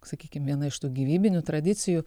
sakykime viena iš tų gyvybinių tradicijų